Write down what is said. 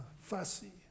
fussy